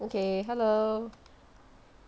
okay hello